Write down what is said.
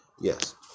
yes